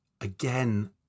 again